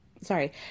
Sorry